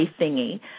thingy